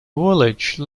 village